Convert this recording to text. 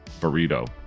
burrito